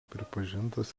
pripažintas